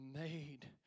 made